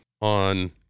on